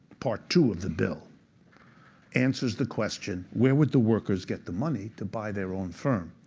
part two of the bill answers the question, where would the workers get the money to buy their own firm?